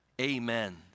Amen